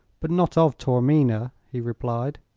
but not of taormina, he replied.